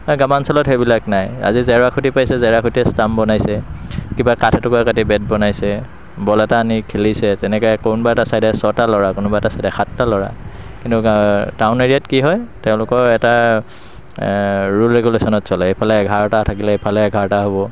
গ্ৰামাঞ্চলত সেইবিলাক নাই আজি জেওৰা খুটি পাইছে জেওৰা খুটিয়ে ষ্টাম্প বনাইছে কিবা কাঠ এটুকুৰা কাটি বেট বনাইছে বল এটা আনি খেলিছে তেনেকৈয়ে কোনোবা এটা ছাইডে ছটা ল'ৰা কোনোবা এটা ছাইডে সাতটা ল'ৰা কিন্তু টাউন এৰিয়াত কি হয় তেওঁলোকৰ এটা ৰুল ৰেগুলেশ্যনত চলে এফালে এঘাৰটা থাকিলে এফালে এঘাৰটা হ'ব